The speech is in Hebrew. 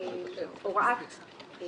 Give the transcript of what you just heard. אבל יש לנו הוראת חוק